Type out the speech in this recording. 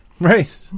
right